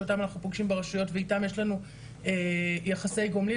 שאותם אנחנו פוגשים ברשויות ואיתם יש לנו יחסי גומלין,